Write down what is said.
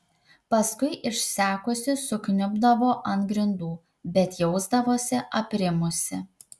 paskui išsekusi sukniubdavo ant grindų bet jausdavosi aprimusi